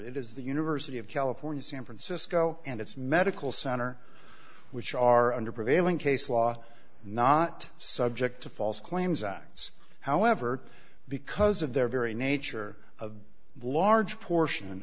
it is the university of california san francisco and its medical center which are under prevailing case law not subject to false claims acts however because of their very nature a large portion